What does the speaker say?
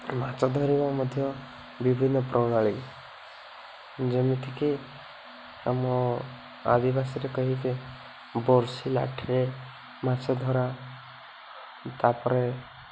ମାଛ ଧରିବା ମଧ୍ୟ ବିଭିନ୍ନ ପ୍ରଣାଳୀ ଯେମିତିକି ଆମ ଆଦିବାସୀରେ କହିବେ ବର୍ଷିଲାଠିରେ ମାଛ ଧରା ତା'ପରେ